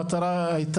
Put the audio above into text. המטרה,